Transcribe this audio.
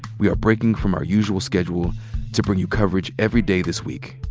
we are breaking from our usual schedule to bring you coverage every day this week.